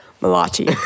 Malachi